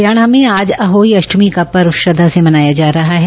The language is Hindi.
हरियाणा में आज अहोई अष्टमी का पर्व श्रद्धा से मनाया जा रहा है